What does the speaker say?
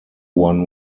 one